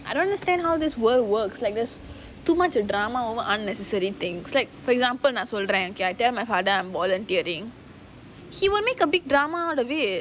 I don't understand how this world works like there's too much a drama over unnecessary things like for example நான் சொல்றேன்:naan solraen I tell my father I am volunteering he will make a big drama out of it